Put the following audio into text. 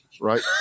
right